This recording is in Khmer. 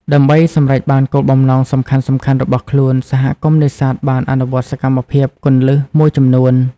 ដើម្បីសម្រេចបានគោលបំណងសំខាន់ៗរបស់ខ្លួន សហគមន៍នេសាទបានអនុវត្តសកម្មភាពគន្លឹះមួយចំនួន។